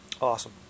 Awesome